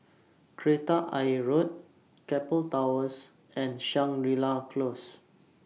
Kreta Ayer Road Keppel Towers and Shangri La Close